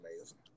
amazing